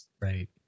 right